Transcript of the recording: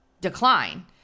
decline